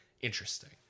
interesting